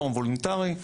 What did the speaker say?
פורום וולונטרי,